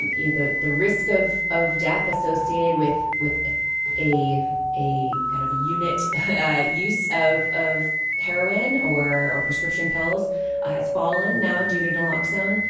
and you know, the risk of of death associated with with a a kind of unit use of of heroin or or prescription pills has fallen now due to naloxone,